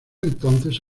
entonces